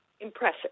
impressive